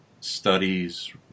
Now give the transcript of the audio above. Studies